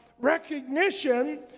recognition